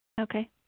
Okay